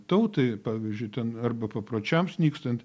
tautai pavyzdžiui ten arba papročiams nykstant